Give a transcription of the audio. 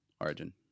Origin